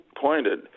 pointed